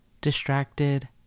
distracted